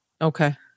okay